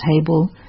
table